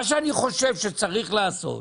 מה שאני חושב שצריך לעשות,